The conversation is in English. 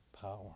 power